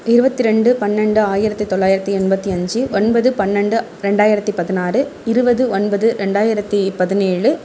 இருபத்தி ரெண்டு பன்னெண்டு ஆயிரத்தி தொள்ளாயிரத்தி எண்பத்தி அஞ்சு ஒன்பது பன்னெண்டு ரெண்டாயிரத்தி பதினாறு இருபது ஒன்பது ரெண்டாயிரத்தி பதினேழு